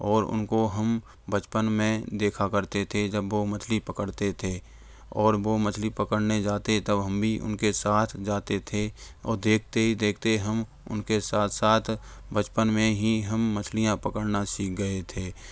और उनको हम बचपन में देखा करते थे जब वो मछली पकड़ते थे और वो मछली पकड़ने जाते तब हम भी उनके साथ जाते थे और देखते ही देखते हम उनके साथ साथ बचपन में ही हम मछलियाँ पकड़ना सीख गए थे